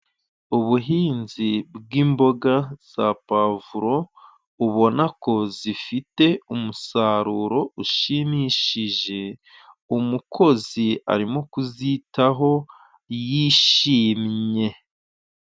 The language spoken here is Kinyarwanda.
Ubuhinzi bw'imboga za pavuro ubona ko zifite umusaruro ushimishije, umukozi ari mo kuzitaho yishimye.